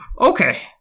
okay